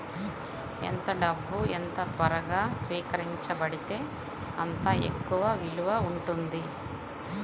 ఎంత డబ్బు ఎంత త్వరగా స్వీకరించబడితే అంత ఎక్కువ విలువ ఉంటుంది